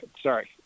sorry